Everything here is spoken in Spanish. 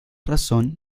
razón